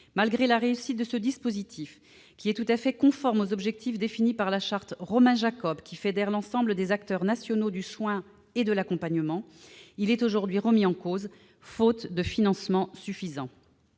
Malgré la réussite de ce dispositif, tout à fait conforme aux objectifs définis par la charte Romain Jacob, qui fédère l'ensemble des acteurs nationaux du soin et de l'accompagnement, il est aujourd'hui remis en cause, faute de financement suffisant.